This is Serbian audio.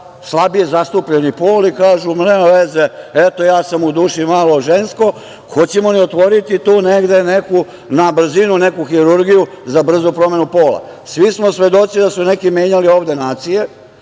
slabije zastupljeni pol i kažu – nema veze, ja sam u duši malo žensko? Hoćemo li otvoriti tu negde na brzinu neku hirurgiju za brzu promenu pola? Svi smo svedoci da su neki ovde menjali nacije,